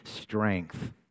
strength